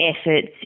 efforts